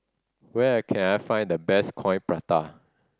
where can I find the best Coin Prata